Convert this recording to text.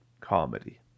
comedy